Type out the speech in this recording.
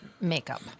makeup